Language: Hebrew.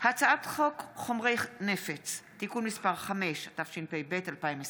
הצעת חוק חומרי נפץ (תיקון מס' 5), התשפ"ב 2021,